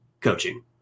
coaching